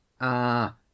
Ah